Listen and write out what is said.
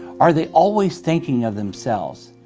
are they always thinking of themselves?